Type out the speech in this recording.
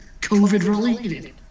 COVID-related